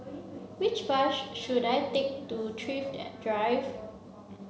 which bus should I take to Thrift Drive